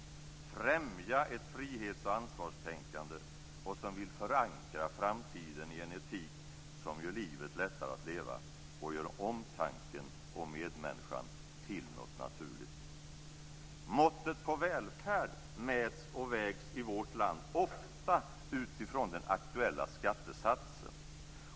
De som vill främja ett frihets och ansvarstänkande och som vill förankra framtiden i en etik som gör livet lättare att leva och gör omtanken om medmänniskan till något naturligt. Måttet på välfärd mäts och vägs i vårt land ofta utifrån den aktuella skattesatsen.